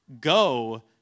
Go